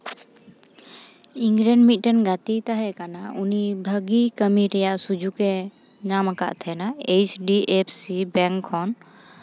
ᱤᱧᱨᱮᱱ ᱢᱤᱫᱴᱮᱡ ᱜᱟᱛᱮᱭ ᱛᱟᱦᱮᱸ ᱠᱟᱱᱟ ᱩᱱᱤ ᱵᱷᱟᱜᱮ ᱠᱟᱹᱢᱤ ᱨᱮᱭᱟᱜ ᱥᱩᱡᱳᱜᱽ ᱮ ᱧᱟᱢ ᱠᱟᱜ ᱛᱟᱦᱮᱱᱟ H D F C bank ᱠᱷᱚᱱ